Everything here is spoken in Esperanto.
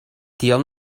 tion